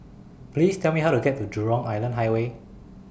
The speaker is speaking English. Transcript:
Please Tell Me How to get to Jurong Island Highway